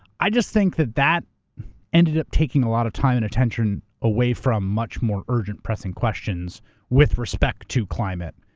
i just think that that ended up taking a lot of time and attention away from much more urgent pressing questions with respect to climate,